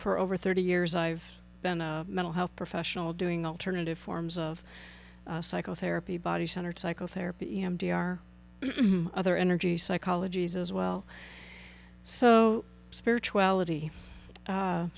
for over thirty years i've been a mental health professional doing alternative forms of psychotherapy body centered psychotherapy d r other energy psychologies as well so spirituality